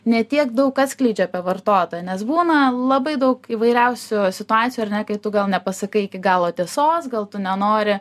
ne tiek daug atskleidžia apie vartotoją nes būna labai daug įvairiausių situacijų ar ne kai tu gal nepasakai iki galo tiesos gal tu nenori